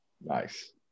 Nice